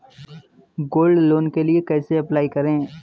Gold loan के लिए कैसे अप्लाई करें?